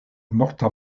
morta